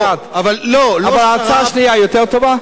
אבל ההצעה השנייה יותר טובה?